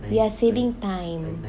you are saving time